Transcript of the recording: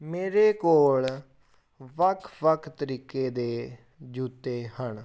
ਮੇਰੇ ਕੋਲ ਵੱਖ ਵੱਖ ਤਰੀਕੇ ਦੇ ਜੁੱਤੇ ਹਨ